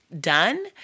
done